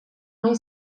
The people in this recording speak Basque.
nahi